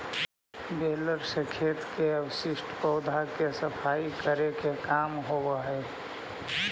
baler से खेत के अवशिष्ट पौधा के सफाई करे के काम होवऽ हई